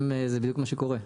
זה בדיוק מה שקורה.